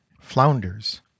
flounders